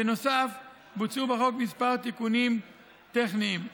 בנוסף, בוצעו בחוק כמה תיקונים טכניים.